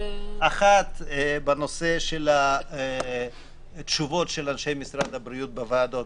אחת בנושא של התשובות של אנשי משרד הבריאות בוועדות.